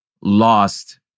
lost